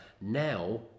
Now